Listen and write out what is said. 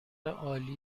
عالی